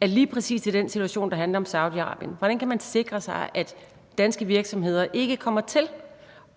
man lige præcis i den situation, der handler om Saudi-Arabien, sikre, at danske virksomheder ikke kommer til